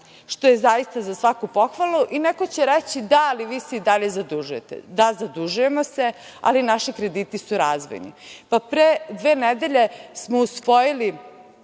što je zaista, za svaku pohvalu i neko će reći - da, ali vi se i dalje zadužujete. Da, zadužujemo se, ali naši krediti su razvojni. Do pre dve nedelje smo usvojili